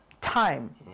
time